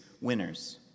winners